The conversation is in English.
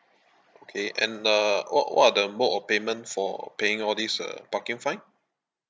okay and uh what what are the mode of payment for paying all these uh parking fine